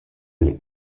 del